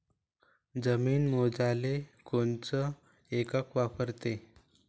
जमीन मोजाले कोनचं एकक वापरते?